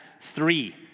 three